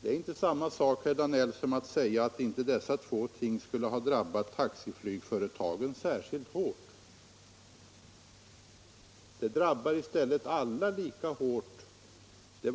Det är inte samma sak, herr Danell, som att säga att inte dessa två företeelser skulle ha drabbat taxiflygföretagen särskilt hårt.